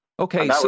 Okay